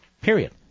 Period